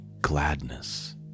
gladness